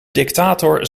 dictator